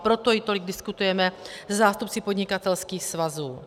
Proto ji tolik diskutujeme se zástupci podnikatelských svazů.